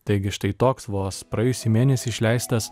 taigi štai toks vos praėjusį mėnesį išleistas